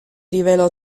rivelò